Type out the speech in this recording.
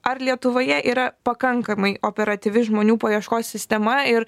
ar lietuvoje yra pakankamai operatyvi žmonių paieškos sistema ir